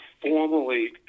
formally